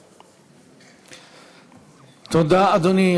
תודה, אדוני.